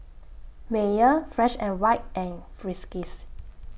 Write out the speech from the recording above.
Mayer Fresh and White and Friskies